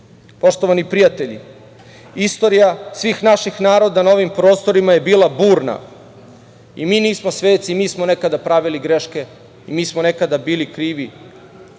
ugošćen. Poštovani prijatelji, istorija svih naših naroda na ovim prostorima je bila burna. I mi nismo sveci, mi smo nekada pravili greške. I mi smo nekada bili krivi,